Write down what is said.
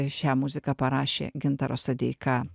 šią muziką parašė gintaras sodeika